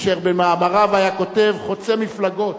אשר במאמריו היה כותב חוצה מפלגות,